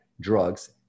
drugs